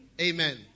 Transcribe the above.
Amen